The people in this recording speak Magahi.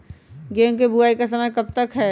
गेंहू की बुवाई का समय कब तक है?